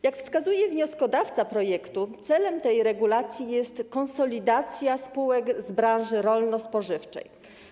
Jak wskazuje wnioskodawca projektu, celem tej regulacji jest konsolidacja spółek z branży rolno-spożywczej.